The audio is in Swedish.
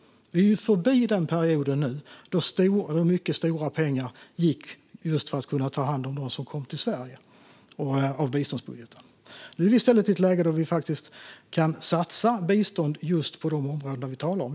Vi är förbi den perioden då mycket pengar från biståndsbudgeten gick till att ta hand om dem som kom till Sverige. Nu är vi i stället i ett läge där vi kan satsa biståndet på just de områden vi talar om.